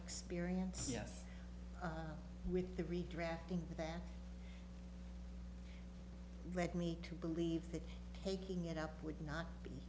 experience with the redrafting that led me to believe that taking it up would not